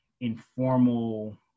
informal